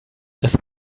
das